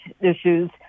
issues